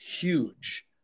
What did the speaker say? huge